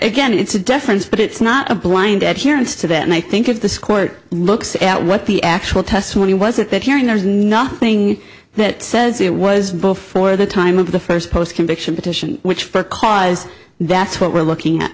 again it's a deference but it's not a blind adherents to that and i think if this court looks at what the actual testimony was at that hearing there's nothing that says it was before the time of the first post conviction petition which because that's what we're looking at